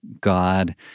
God